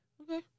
okay